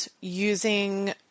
using